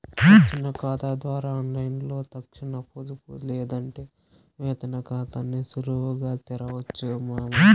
తక్షణ కాతా ద్వారా ఆన్లైన్లో తక్షణ పొదుపు లేదంటే వేతన కాతాని సులువుగా తెరవొచ్చు మామా